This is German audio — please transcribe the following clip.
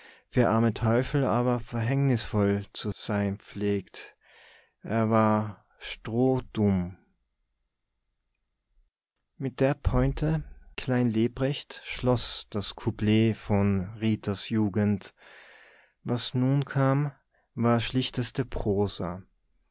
für arme teufel aber verhängnisvoll zu sein pflegt er war strohdumm mit der pointe klein lebrecht schloß das couplet von ritas jugend was nun kam war schlichteste prosa